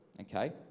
okay